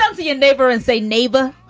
tell your neighbor and say neighbor.